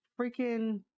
freaking